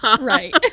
Right